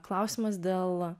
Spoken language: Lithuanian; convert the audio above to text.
klausimas dėl